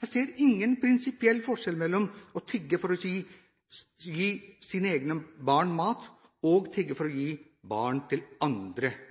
Jeg ser ingen prinsipiell forskjell mellom å tigge for gi sine egne barn mat og å tigge for å gi mat til andres barn.